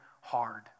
hard